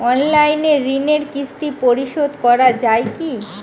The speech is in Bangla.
অনলাইন ঋণের কিস্তি পরিশোধ করা যায় কি?